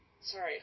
Sorry